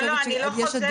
לא, לא אני לא חוזרת.